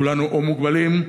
כולנו או מוגבלים,